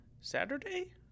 Saturday